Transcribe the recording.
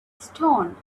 stone